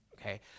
okay